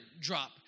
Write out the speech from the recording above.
drop